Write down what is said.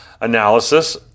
analysis